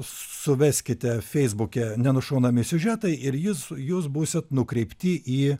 suveskite feisbuke nenušaunami siužetai ir jis jūs būsit nukreipti į